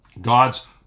God's